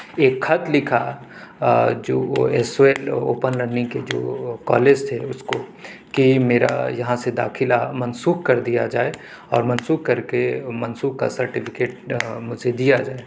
ایک خط لکھا جو وہ S O L open learning کے جو کالج تھے اس کو کہ میرا یہاں سے داخلہ مسوخ کر دیا جائے اور منسوخ کر کے منسوخ کا سرٹیفکیٹ مجھے دیا جائے